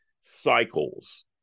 cycles